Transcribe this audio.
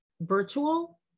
virtual